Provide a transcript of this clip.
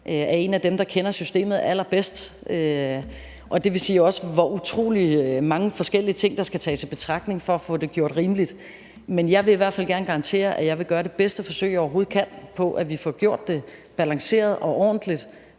er en af dem, der kender systemet allerbedst, dvs. også ved, hvor utrolig mange forskellige ting der skal tages i betragtning for at få det gjort rimeligt. Men jeg vil i hvert fald gerne garantere, at jeg vil gøre det bedste forsøg, jeg overhovedet kan, på, at vi får gjort det balanceret og ordentligt